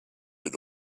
had